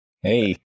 hey